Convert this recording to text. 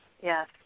yes